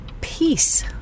peace